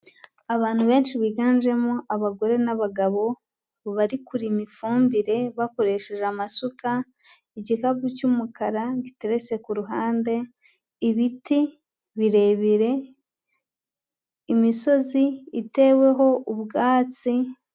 Abantu benshi biganjemo abagore n'abagabo bari kurima ifumbire bakoresheje amasuka, igikapu cy'umukara giteretse ku ruhande, ibiti birebire, imisozi iteweho ubwatsi.